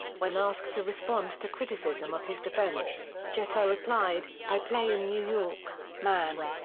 when asked to respond to criticism of his defense, jeter replied i play in new york, man.